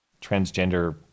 transgender